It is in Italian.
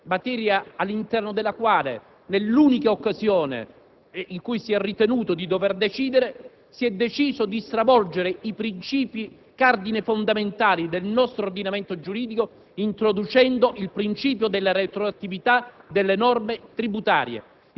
materia all'interno della quale nell'unica occasione in cui si è ritenuto di dover decidere, si è deciso di stravolgere i princìpi cardine fondamentali del nostro ordinamento giuridico, introducendo il principio della retroattività delle norme tributarie,